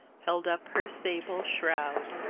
held up her sable shroud.